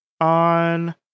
on